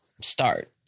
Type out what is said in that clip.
start